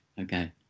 okay